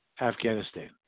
Afghanistan